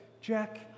jack